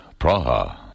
Praha